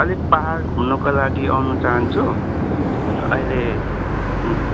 अलिक पहाड घुम्नको लागि आउन चहान्छु अहिले